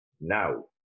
Now